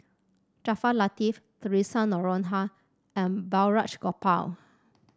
Jaafar Latiff Theresa Noronha and Balraj Gopal